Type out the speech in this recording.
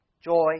joy